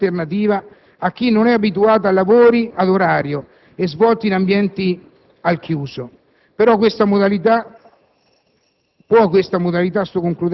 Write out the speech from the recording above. rappresentare una valida alternativa per chi non è abituato a lavori ad orario e svolti in ambienti al chiuso. Può, questa modalità,